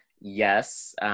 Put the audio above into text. yes